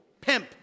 pimp